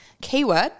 keyword